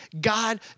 God